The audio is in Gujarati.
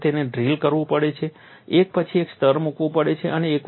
તેઓએ તેને ડ્રિલ કરવું પડે છે એક પછી એક સ્તર મૂકવું પડે છે